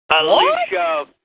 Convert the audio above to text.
Alicia